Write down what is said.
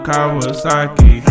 Kawasaki